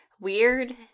weird